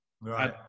Right